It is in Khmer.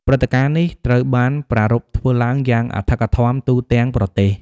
ព្រឹត្តិការណ៍នេះត្រូវបានប្រារព្ធធ្វើឡើងយ៉ាងអធិកអធមទូទាំងប្រទេស។